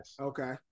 Okay